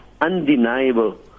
undeniable